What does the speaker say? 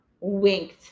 winked